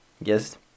Yes